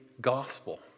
gospel